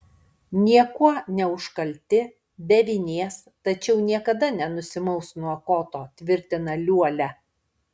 niekuo neužkalti be vinies tačiau niekada nenusimaus nuo koto tvirtina liuolia